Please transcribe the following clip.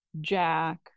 jack